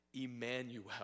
Emmanuel